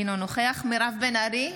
אינו נוכח מירב בן ארי,